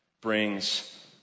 brings